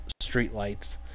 streetlights